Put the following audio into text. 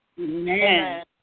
Amen